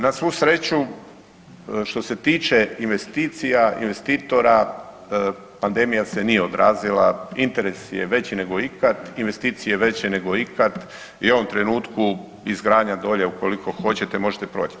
Na svu sreću što se tiče investicija i investitora pandemija se nije odrazila, interes je veći nego ikad, investicije veće nego ikad i u ovom trenutku izgradnja dolje ukoliko hoćete možete probat.